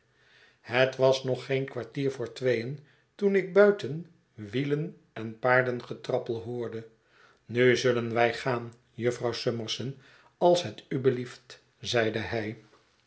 het was nog geen kwartier voor tweeën toen ik buiten wielen en paardengetrappel hoorde nu zullen wij gaan jufvrouw summerson als het u belieft zeide hij